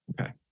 Okay